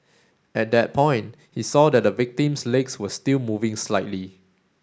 at that point he saw that the victim's legs were still moving slightly